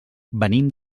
venim